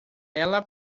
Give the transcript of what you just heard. ela